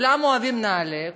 כולם אוהבים את נעל"ה,